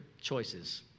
choices